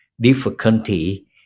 difficulty